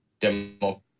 democracy